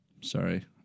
Sorry